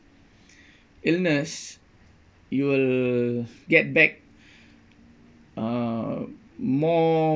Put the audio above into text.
illness you will get back uh more